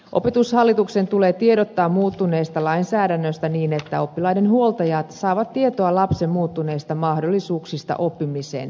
opetushallituksen tulee tiedottaa muuttuneesta lainsäädännöstä niin että oppilaiden huoltajat saavat tietoa lapsen muuttuneista mahdollisuuksista oppimisen tukeen